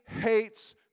hates